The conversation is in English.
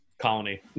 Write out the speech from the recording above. colony